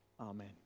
Amen